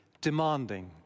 demanding